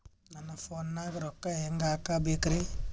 ನನ್ನ ಫೋನ್ ನಾಗ ರೊಕ್ಕ ಹೆಂಗ ಹಾಕ ಬೇಕ್ರಿ?